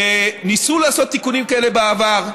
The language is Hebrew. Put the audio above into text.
ניסו לעשות תיקונים כאלה בעבר,